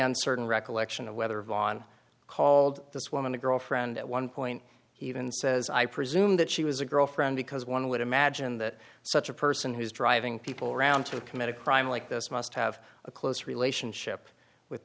uncertain recollection of whether vaughn called this woman a girlfriend at one point he even says i presume that she was a girlfriend because one would imagine that such a person who's driving people around to commit a crime like this must have a close relationship with